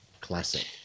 classic